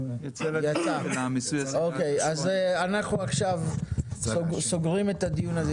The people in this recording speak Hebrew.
אז נסגור את הדיון הזה.